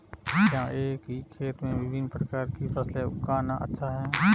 क्या एक ही खेत में विभिन्न प्रकार की फसलें उगाना अच्छा है?